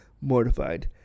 mortified